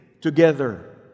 together